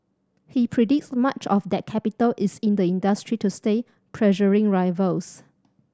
he predicts much of that capital is in the industry to stay pressuring rivals